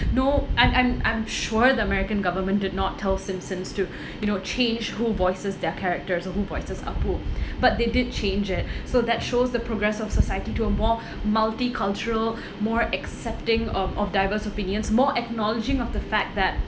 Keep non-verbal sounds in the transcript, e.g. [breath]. no I'm I'm I'm sure the american government did not tell simpsons to [breath] you know change who voices their characters or who voices apu [breath] but they did change it [breath] so that shows the progress of society to a more multicultural [breath] more accepting um of diverse opinions more acknowledging of the fact that